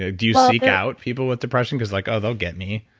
ah do you seek out people with depression because like, oh, they'll get me?